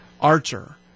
Archer